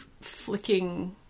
flicking